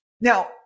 Now